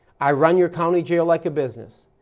i run your county jail like a business.